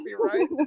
right